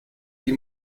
die